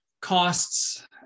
costs